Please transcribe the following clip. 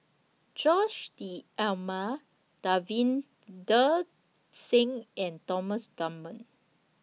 Jose Davinder Singh and Thomas Dunman